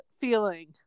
feeling